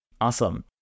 Awesome